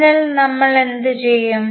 അതിനാൽ നമ്മൾ എന്തു ചെയ്യും